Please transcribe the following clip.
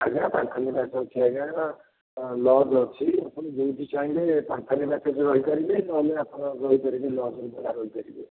ଆଜ୍ଞା ପାନ୍ଥ ନିବାସ ଅଛି ଆଜ୍ଞା ଲଜ୍ ଅଛି ଆପଣ ଯେଉଁଠି ଚାହିଁବେ ଆପଣ ପାନ୍ଥ ନିବାସରେ ବି ରହିପାରିବେ ନହେଲେ ଆପଣ ରହିପାରିବେ ଲଜ୍ରେ ବି ରହିପାରିବେ